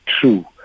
true